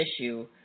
issue